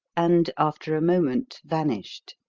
and, after a moment, vanished.